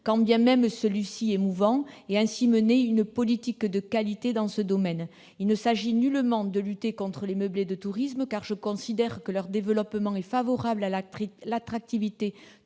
quand bien même celui-ci est mouvant, et ainsi mener une politique de qualité dans ce domaine. Il ne s'agit nullement de lutter contre les meublés de tourisme, car je considère que leur développement est un atout pour l'attractivité